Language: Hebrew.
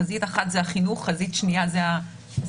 חזית אחת זה החינוך, חזית שנייה זה השמיים.